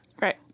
right